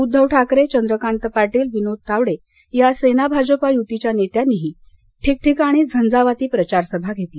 उद्दव ठाकरे चंद्रकांत पाटील विनोद तावडे या सेना भाजपा युतीच्या नेत्यांनीही ठिकठिकाणी झंझावाती प्रचारसभा घेतल्या